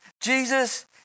Jesus